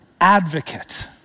advocate